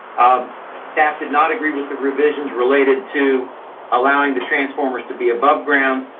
um staff did not agree with the revisions related to allowing the transformers to be above ground.